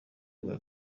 bwa